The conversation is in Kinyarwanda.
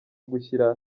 gushyira